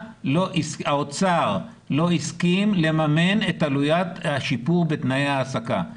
האוצר לא הסכים לממן את עלויות השיפור בתנאי ההעסקה.